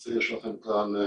למעשה יש לכם כאן את